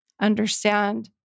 understand